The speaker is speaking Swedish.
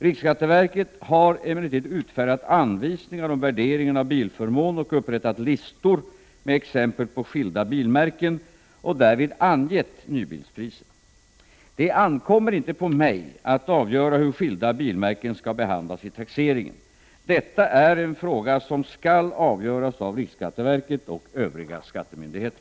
Riksskatteverket har emellertid utfärdat anvisningar om värderingen av bilförmån och upprättat listor med exempel på skilda bilmärken och därvid angivit nybilspriser. Det ankommer inte på mig att avgöra hur skilda bilmärken skall behandlas vid taxeringen. Detta är en fråga som skall avgöras av riksskatteverket och övriga skattemyndigheter.